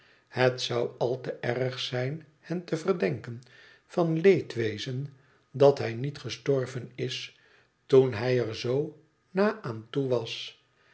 het zou al te erg zijn hen te verdenken van leedwezen dat hij niet gestorven is toen hij er zoo na aan toe was